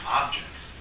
objects